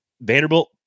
Vanderbilt